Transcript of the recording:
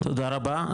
תודה רבה.